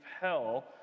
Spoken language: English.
hell